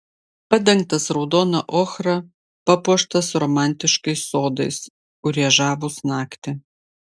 padengtas raudona ochra papuoštas romantiškais sodais kurie žavūs naktį